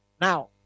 now